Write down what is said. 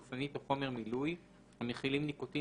מחסנית או חומר מילוי המכילים ניקוטין